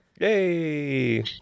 Yay